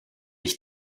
ich